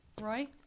Roy